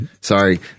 Sorry